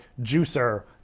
juicer